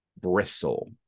bristle